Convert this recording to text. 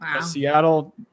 Seattle